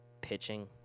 pitching